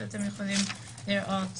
שאתם יכולים לראות